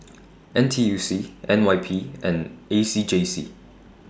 N T U C N Y P and A C J C